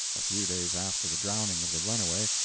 a few days after the drowning of the runaway,